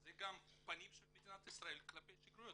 אז זה גם הפנים של מדינת ישראל כלפי שגרירויות.